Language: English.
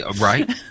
Right